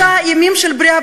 שישה ימים של בריאה,